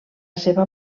seva